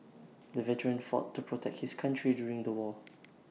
the veteran fought to protect his country during the war